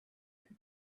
who